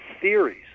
theories